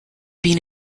been